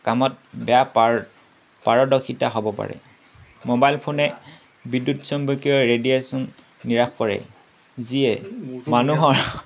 কামত বেয়া পাৰ পাৰদৰ্শিতা হ'ব পাৰে মোবাইল ফোনে বিদ্যুৎ সম্পৰ্কীয় ৰেডিয়েশ্যন নিৰাশ কৰে যিয়ে মানুহৰ